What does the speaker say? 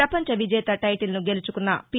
ప్రపంచ విజేత టైటీల్ను గెలుచుకున్న పి